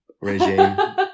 regime